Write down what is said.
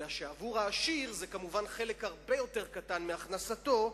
אלא שעבור העשיר זה כמובן חלק הרבה יותר קטן מהכנסתו,